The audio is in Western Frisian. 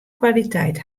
kwaliteit